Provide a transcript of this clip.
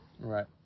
Right